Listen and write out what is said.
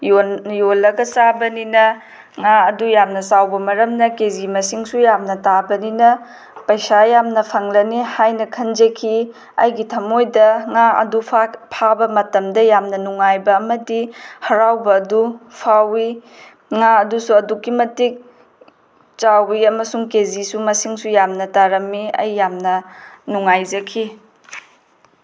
ꯌꯣꯜꯂꯒ ꯆꯥꯕꯅꯤꯅ ꯉꯥ ꯑꯗꯨ ꯌꯥꯝꯅ ꯆꯥꯎꯕ ꯃꯔꯝꯅ ꯀꯦ ꯖꯤ ꯃꯁꯤꯡꯁꯨ ꯌꯥꯝꯅ ꯇꯥꯕꯅꯤꯅ ꯄꯩꯁꯥ ꯌꯥꯝꯅ ꯐꯪꯂꯅꯤ ꯍꯥꯏꯅ ꯈꯟꯖꯈꯤ ꯑꯩꯒꯤ ꯊꯝꯃꯣꯏꯗ ꯉꯥ ꯑꯗꯨ ꯐꯥꯕ ꯃꯇꯝꯗ ꯌꯥꯝꯅ ꯅꯨꯡꯉꯥꯏꯕ ꯑꯃꯗꯤ ꯍꯔꯥꯎꯕ ꯑꯗꯨ ꯐꯥꯎꯋꯤ ꯉꯥ ꯑꯗꯨꯁꯨ ꯑꯗꯨꯛꯀꯤ ꯃꯇꯤꯛ ꯆꯥꯎꯋꯤ ꯑꯃꯁꯨꯡ ꯀꯦ ꯖꯤꯁꯨ ꯃꯁꯤꯡꯁꯨ ꯌꯥꯝꯅ ꯇꯥꯔꯝꯃꯤ ꯑꯩ ꯌꯥꯝꯅ ꯅꯨꯡꯉꯥꯏꯖꯈꯤ